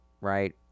right